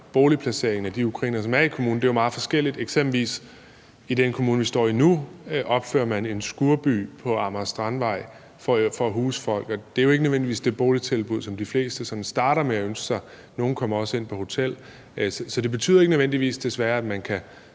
boligplaceringen af de ukrainere, som er i kommunen, er jo meget forskelligt. I den kommune, vi står i nu, opfører man eksempelvis en skurby på Amager Strandvej for at huse folk, og det er jo ikke nødvendigvis det boligtilbud, som de fleste starter med at ønske sig – nogle kommer også ind på hotel. Så det betyder desværre ikke nødvendigvis, at man kan